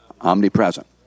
omnipresent